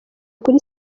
kuri